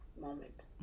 moment